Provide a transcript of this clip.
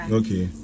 okay